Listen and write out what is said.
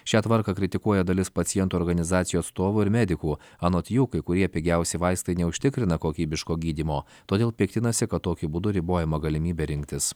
šią tvarką kritikuoja dalis pacientų organizacijų atstovų ir medikų anot jų kai kurie pigiausi vaistai neužtikrina kokybiško gydymo todėl piktinasi kad tokiu būdu ribojama galimybė rinktis